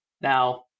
Now